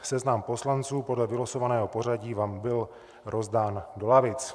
Seznam poslanců podle vylosovaného pořadí vám byl rozdán do lavic.